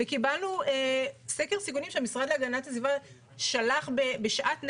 וקיבלנו סקר סיכונים שהמשרד להגנת הסביבה שלח בשאט נפש,